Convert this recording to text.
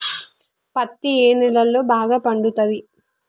పత్తి ఏ నేలల్లో బాగా పండుతది?